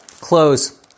close